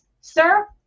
sir